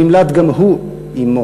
נמלט גם הוא עמו.